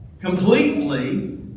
completely